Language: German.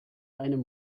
einem